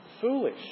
foolish